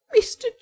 Mr